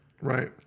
Right